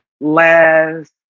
last